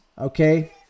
okay